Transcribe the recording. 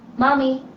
mommy.